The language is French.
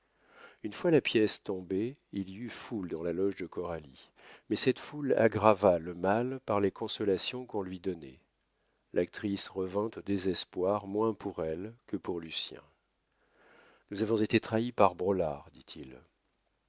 une fois la pièce tombée il y eut foule dans la loge de coralie mais cette foule aggrava le mal par les consolations qu'on lui donnait l'actrice revint au désespoir moins pour elle que pour lucien nous avons été trahis par braulard dit-il